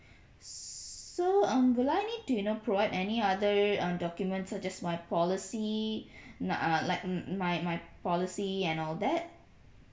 so um will I need to you know provide any other uh documents such as my policy uh like mm my my policy and all that